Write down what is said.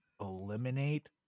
eliminate